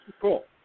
Cool